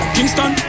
Kingston